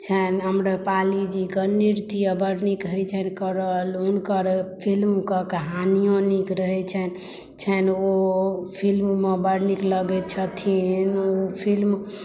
आम्रपालीजीके नृत्य बड़ नीक होइ छनि करल हुनकर फिल्म के कहानियो नीक रहै छनि ओ फिल्म मे बड़ नीक लगै छथिन ओ फिल्म